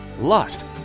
Lust